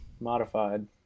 Modified